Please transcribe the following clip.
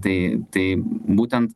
tai tai būtent